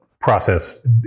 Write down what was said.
process